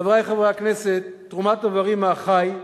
חברי חברי הכנסת, תרומת איברים מן החי,